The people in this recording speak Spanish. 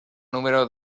número